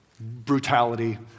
brutality